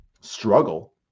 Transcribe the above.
struggle